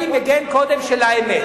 אני מגן של האמת.